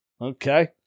Okay